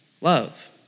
love